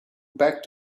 back